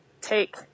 take